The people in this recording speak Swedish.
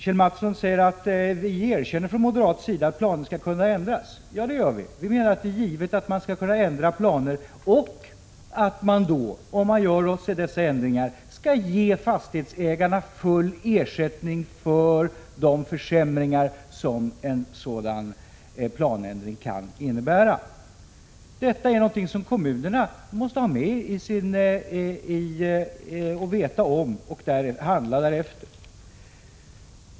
Kjell Mattsson sade att moderaterna erkänner att planer skall kunna ändras. Ja, vi menar att det är givet att man skall kunna ändra planer och att man då skall ge fastighetsägarna full ersättning för de försämringar som en sådan planändring kan innebära. Detta är någonting som kommunerna måste veta om och basera sitt handlande på.